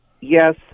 yes